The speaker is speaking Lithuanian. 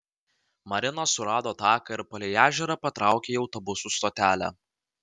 marina surado taką ir palei ežerą patraukė į autobusų stotelę